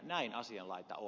näin asianlaita on